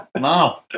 no